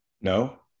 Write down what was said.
No